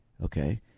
Okay